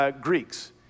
Greeks